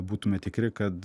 būtume tikri kad